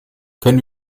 können